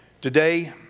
today